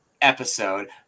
episode